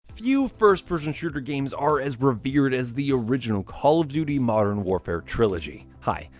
few first-person shooter games are as revered as the original call of duty modern warfare trilogy. hi,